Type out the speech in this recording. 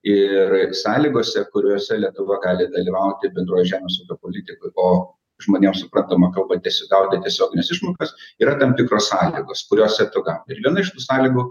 ir sąlygose kuriose lietuva gali dalyvauti bendroj žemės ūkio politikoj o žmonėms suprantama kalba ties gauti tiesiogines išmokas yra tam tikros sąlygos kurios ir tu gauni ir viena iš tų sąlygų